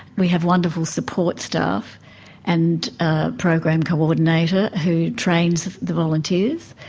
we have wonderful support staff and a program coordinator who trains the volunteers.